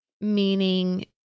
Meaning